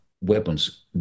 weapons